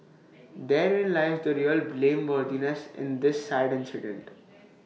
therein lies the real blameworthiness in this sad incident